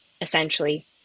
essentially